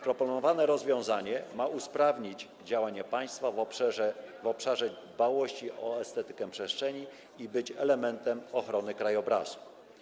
Proponowane rozwiązanie ma usprawnić działanie państwa w obszarze dbałości o estetykę przestrzeni i być elementem ochrony krajobrazu.